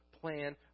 plan